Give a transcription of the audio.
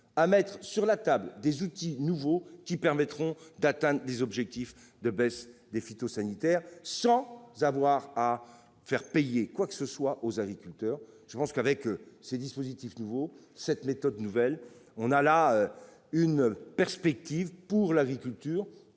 à mettre sur la table des outils nouveaux qui permettront d'atteindre les objectifs de baisse des phytosanitaires sans faire payer quoi que ce soit aux agriculteurs. Ces méthodes et ces dispositifs nouveaux offrent une perspective à l'agriculture